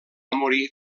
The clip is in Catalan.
morir